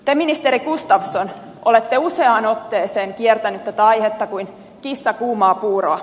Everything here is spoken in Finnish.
te ministeri gustafsson olette useaan otteeseen kiertänyt tätä aihetta kuin kissa kuumaa puuroa